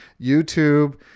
YouTube